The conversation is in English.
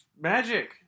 Magic